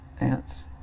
ants